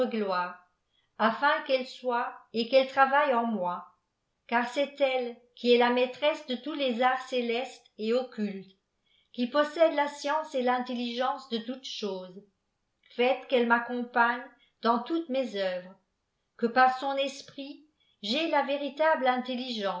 afin qu'elle soit et qu'elle ravaihe en moi car c'est elle qui est la maîtresse de tous les arts célestes et occultes qui possède la science et l'intelligence de toutes choses faites quelle m'accompagne dans toutes mes œuvres que par son esprit j'aie lo véritable